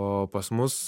o pas mus